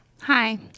Hi